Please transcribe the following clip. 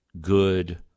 good